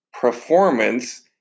Performance